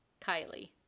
Kylie